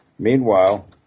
Meanwhile